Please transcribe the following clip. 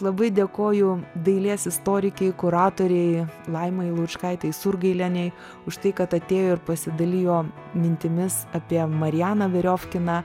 labai dėkoju dailės istorikei kuratorei laimai laučkaitei surgailienei už tai kad atėjo ir pasidalijo mintimis apie marianą veriofkiną